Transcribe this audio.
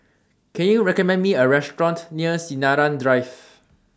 Can YOU recommend Me A Restaurant near Sinaran Drive